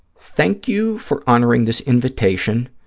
thank you for honoring this invitation.